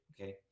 okay